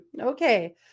okay